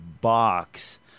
box